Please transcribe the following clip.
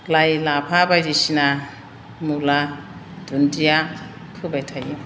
लाइ लाफा बायदिसिना मुला दुन्दिया फोबाय थायो